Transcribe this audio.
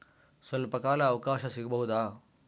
ಸ್ವಲ್ಪ ಕಾಲ ಅವಕಾಶ ಸಿಗಬಹುದಾ?